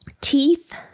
teeth